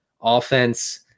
offense